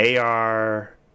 ar